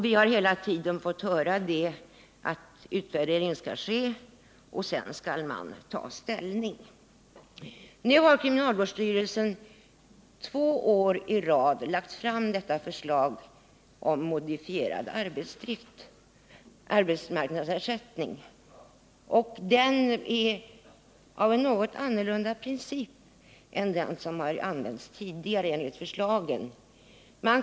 Vi har hela tiden fått höra att en utvärdering skall ske och att man sedan skall ta ställning i frågan. Kriminalvårdsstyrelsen har två år i rad lagt fram förslag om modifierad arbetsdrift med arbetsmarknadsanpassad ersättning. Man följer nu en något annan princip än den som ligger bakom försöken på Skogome och Tillberga.